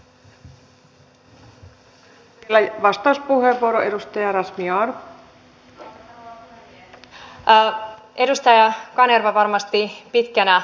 tänä vuonna työllisyysmäärärahat olivat loppu suurimmassa osassa maata jo kesän alussa